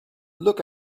look